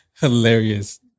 Hilarious